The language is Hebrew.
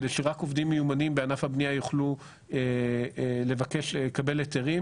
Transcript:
על מנת שרק עובדים מיומנים בענף הבנייה יהיו יכולים לקבל היתרים,